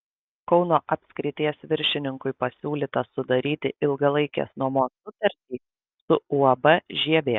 kauno apskrities viršininkui pasiūlyta sudaryti ilgalaikės nuomos sutartį su uab žievė